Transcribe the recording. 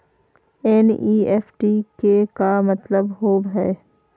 NEFT के का मतलव होव हई?